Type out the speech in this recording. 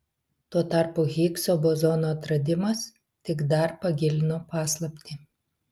tuo tarpu higso bozono atradimas tik dar pagilino paslaptį